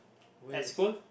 waste